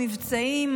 מבצעים,